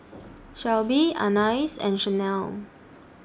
Shelby Anais and Chanelle